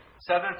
seven